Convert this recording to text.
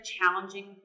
challenging